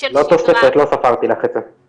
של שגרה --- זה לא תוספת, לא ספרתי לך את זה.